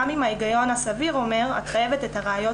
גם אם ההיגיון הסביר אומר 'את חייבת את הראיות